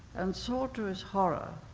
and saw, to his horror,